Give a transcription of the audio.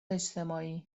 اجتماعی